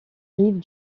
rives